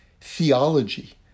theology